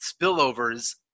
spillovers